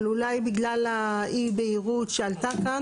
אבל אולי בגלל אי הבהירות שעלתה כאן,